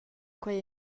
quei